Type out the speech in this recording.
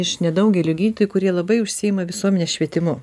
iš nedaugelio gydytojų kurie labai užsiima visuomenės švietimu